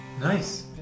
nice